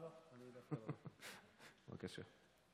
בבקשה.